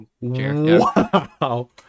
Wow